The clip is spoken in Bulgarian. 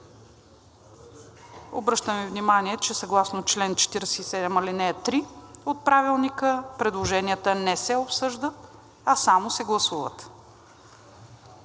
Обръщам Ви внимание, че съгласно чл. 47, ал. 3 от Правилника предложенията не се обсъждат, а само се гласуват.